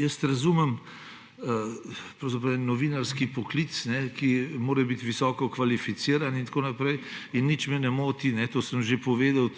Jaz razumem pravzaprav novinarski poklic, ki mora biti visoko kvalificiran in tako naprej, in nič me ne moti, to sem tudi že povedal,